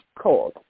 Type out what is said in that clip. Cold